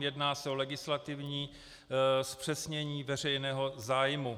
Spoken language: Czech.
Jedná se o legislativní zpřesnění veřejného zájmu.